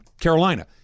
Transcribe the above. Carolina